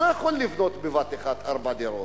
לא יכולים לבנות בבת אחת ארבע דירות.